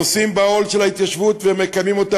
נושאים בעול של ההתיישבות ומקיימים אותה